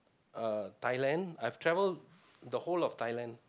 uh Thailand I've travelled the whole of Thailand